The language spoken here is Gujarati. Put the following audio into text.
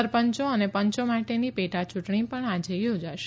સરપંચો અને પંચો માટેની પેટા ચૂંટણી પણ આજે યોજાશે